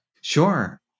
Sure